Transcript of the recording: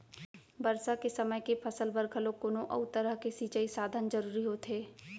बरसा के समे के फसल बर घलोक कोनो अउ तरह के सिंचई साधन जरूरी होथे